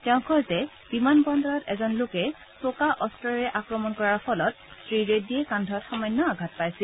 তেওঁ কয় যে বিমান বন্দৰত এজন লোকে চোকা অস্ত্ৰৰে আক্ৰমন কৰাৰ ফলত শ্ৰীৰেড্ডীয়ে কান্ধত সামান্য আঘাত পাইছিল